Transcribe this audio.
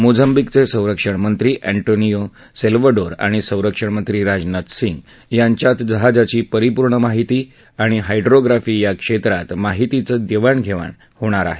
मोझम्बिकचे संरक्षणमंत्री अर्टामासियो सस्वांडोर आणि संरक्षणमंत्री राजनाथ सिंग यांच्यात जहाजांची परिपूर्ण माहिती आणि हायड्रोग्राफी या क्षेत्रांत माहितीची देवाण घेवाण होणार आहे